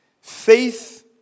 Faith